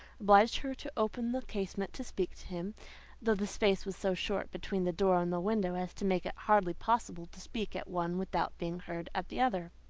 obliged her to open the casement to speak to him, though the space was so short between the door and the window, as to make it hardly possible to speak at one without being heard at the other.